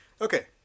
Okay